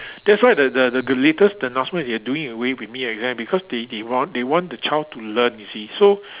that's why the the the the latest the announcement they are doing away with mid year exam because they they want they want the child to learn you see so